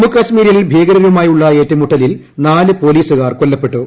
ജമ്മുകാശ്മീരിൽ ഭീകരരുമായുള്ള ഏറ്റുമുട്ടലിൽ നാല് പോലീസുകാർ കൊല്ലപ്പെട്ടു